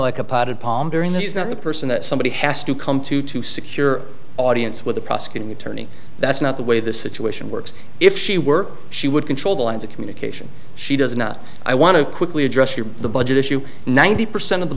like a potted palm during the is not the person that somebody has to come to to secure audience with a prosecuting attorney that's not the way the situation works if she were she would control the lines of communication she does not i want to quickly address your the budget issue ninety percent of the